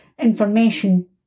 information